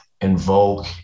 invoke